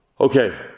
Okay